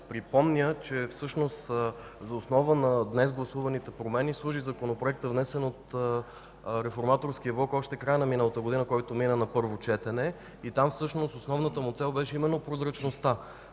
припомня, че за основа на днес гласуваните промени служи Законопроектът, внесен от Реформаторския блок още в края на миналата година, който мина на първо четене. Основната му цел беше именно прозрачността.